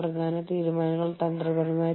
നിങ്ങൾക്ക് പങ്കാളിത്തങ്ങൾ ഉണ്ടാകാം